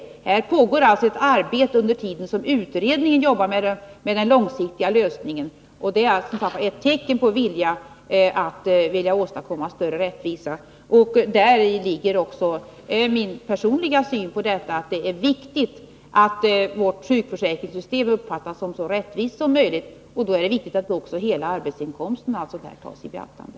Detta arbete pågår alltså samtidigt som utredningen jobbar med den långsiktiga lösningen. Det är ett tecken på vilja att åstadkomma större rättvisa. Dessa förhållanden avspeglar också min personliga syn på frågan. Det är viktigt att vårt sjukförsäkringssystem uppfattas som så rättvist som möjligt, och då är det viktigt att hela arbetsinkomsten tas i beaktande.